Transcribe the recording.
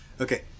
Okay